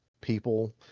people